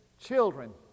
children